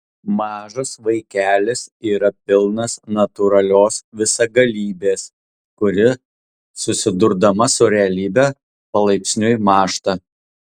mažas vaikelis yra pilnas natūralios visagalybės kuri susidurdama su realybe palaipsniui mąžta